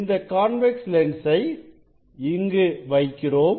இந்த கான்வெக்ஸ் லென்ஸை இங்கு வைக்கிறோம்